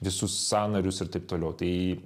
visus sąnarius ir taip toliau tai